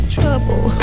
Trouble